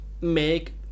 make